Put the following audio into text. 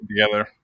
together